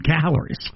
calories